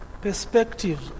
perspective